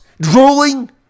drooling